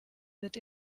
wird